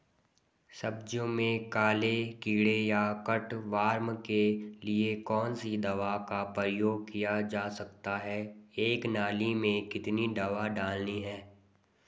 सब्जियों में काले कीड़े या कट वार्म के लिए कौन सी दवा का प्रयोग किया जा सकता है एक नाली में कितनी दवा डालनी है?